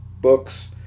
books